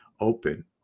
open